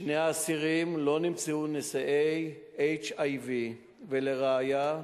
שני האסירים לא נמצאו נשאי HIV, ולראיה,